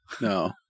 No